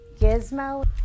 Gizmo